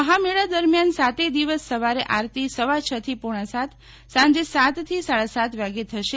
મહામેળા દરમ્યાન સાતેય દિવસ સવારે આરતી સવા છ થી પોણા સાત સાંજે સાતથી સાડા સાત વાગે થશે